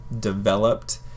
developed